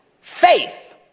faith